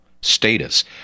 status